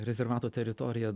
rezervato teritorija